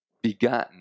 begotten